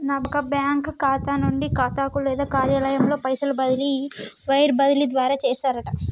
ఒక బ్యాంకు ఖాతా నుండి ఖాతాకు లేదా కార్యాలయంలో పైసలు బదిలీ ఈ వైర్ బదిలీ ద్వారా చేస్తారట